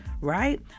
right